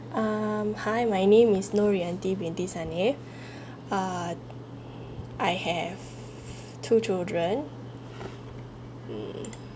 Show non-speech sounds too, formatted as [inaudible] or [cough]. um hi my name is Nor Rianti Binti Sanif [breath] uh I have two children uh